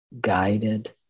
guided